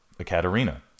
Ekaterina